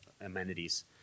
amenities